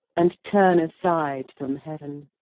and turn aside from heaven?